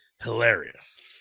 Hilarious